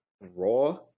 raw